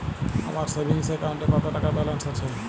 আমার সেভিংস অ্যাকাউন্টে কত টাকা ব্যালেন্স আছে?